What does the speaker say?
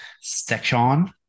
section